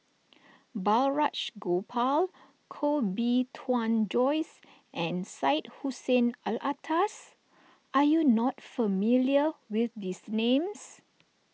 Balraj Gopal Koh Bee Tuan Joyce and Syed Hussein Alatas are you not familiar with these names